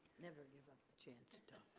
never give up the chance to talk.